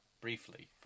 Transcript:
briefly